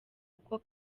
uko